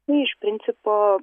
tai iš principo